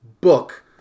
book